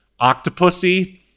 Octopussy